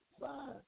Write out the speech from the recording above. fine